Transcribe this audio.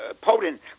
potent